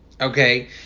okay